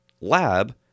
lab